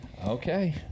Okay